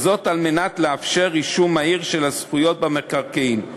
על מנת לאפשר רישום מהיר של הזכויות במקרקעין.